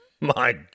My